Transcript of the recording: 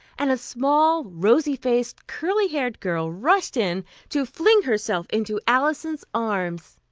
and a small, rosy-faced curly-haired girl rushed in to fling herself into alison's arms.